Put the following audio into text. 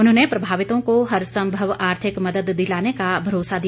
उन्होंने प्रभावितों को हरसंभव आर्थिक मदद दिलाने का भरोसा दिया